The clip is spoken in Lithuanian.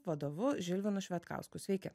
vadovu žilvinu švedkausku sveiki